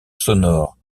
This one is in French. sonore